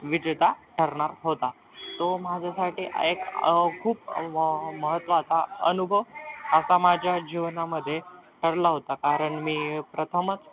विजेता ठरणार होता तो माझ्यासाठी एक खूप व् महत्त्वाचा अनुभव असा माझ्या जीवनामध्ये ठरला होता कारण मी प्रथमच